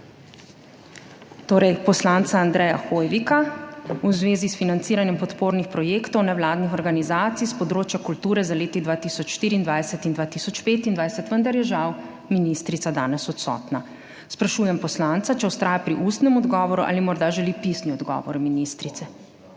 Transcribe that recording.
Torej, poslanca Andreja Hoivika v zvezi s financiranjem podpornih projektov nevladnih organizacij s področja kulture za leti 2024 in 2025. Vendar je žal ministrica danes odsotna. Sprašujem poslanca, ali vztraja pri ustnem odgovoru ali morda želi pisni odgovor ministrice.